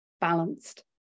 balanced